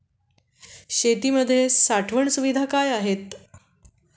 शेतीमध्ये साठवण सुविधा काय आहेत?